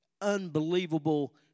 unbelievable